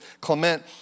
Clement